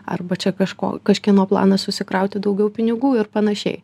arba čia kažko kažkieno planas susikrauti daugiau pinigų ir panašiai